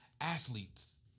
athletes